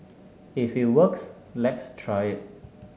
if it works let's try it